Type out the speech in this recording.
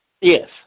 Yes